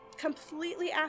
completely